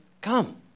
come